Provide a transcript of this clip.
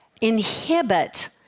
inhibit